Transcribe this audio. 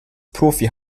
profi